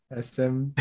SM